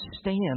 stand